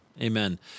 Amen